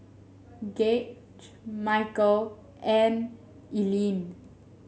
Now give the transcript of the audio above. Gauge Michele and Eileen